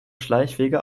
schleichwege